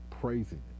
praising